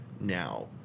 now